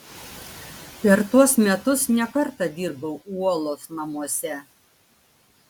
per tuos metus ne kartą dirbau uolos namuose